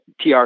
TR